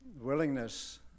willingness